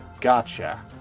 Gotcha